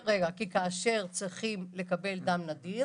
כי כאשר צריך לקבל דם נדיר